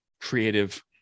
creative